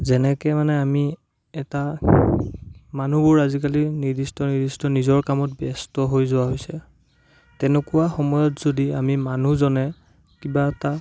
যেনেকৈ মানে আমি এটা মানুহবোৰ আজিকালি নিৰ্দিষ্ট নিৰ্দিষ্ট নিজৰ কামত ব্যস্ত হৈ যোৱা হৈছে তেনেকুৱা সময়ত যদি আমি মানুহজনে কিবা এটা